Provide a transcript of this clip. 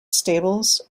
stables